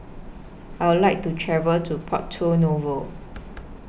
I Would like to travel to Porto Novo